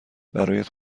برایت